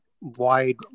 wide